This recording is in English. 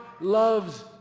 loves